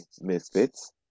misfits